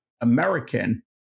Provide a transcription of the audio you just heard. American